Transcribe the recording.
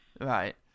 Right